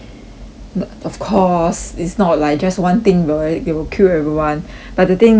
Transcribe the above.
but of course it's not like just one thing right it will kill everyone but the thing is